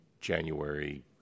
january